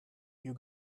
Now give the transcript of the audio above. you